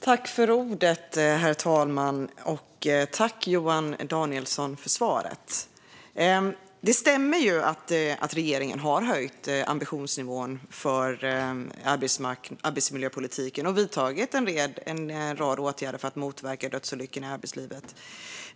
Herr talman! Jag tackar Johan Danielsson för svaret. Det stämmer att regeringen har höjt ambitionsnivån för arbetsmiljöpolitiken och vidtagit en rad åtgärder för att motverka dödsolyckorna i arbetslivet.